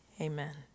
amen